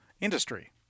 industry